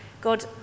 God